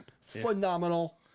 phenomenal